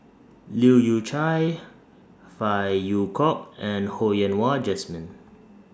Leu Yew Chye Phey Yew Kok and Ho Yen Wah Jesmine